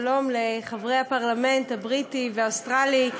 שלום לחברי הפרלמנט הבריטי והאוסטרלי,